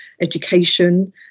education